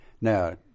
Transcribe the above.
Now